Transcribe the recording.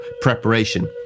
preparation